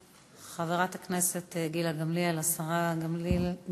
חברת הכנסת גילה גמליאל, השרה גמליאל,